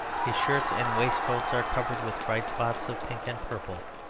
his shirts and waistcoats are covered with bright spots of pink and purple,